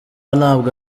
ntabwo